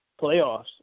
playoffs